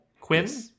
Quinn